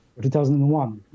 2001